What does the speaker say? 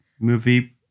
movie